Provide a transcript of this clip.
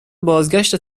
بازگشت